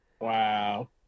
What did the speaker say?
Wow